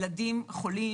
ילדים חולים,